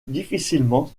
difficilement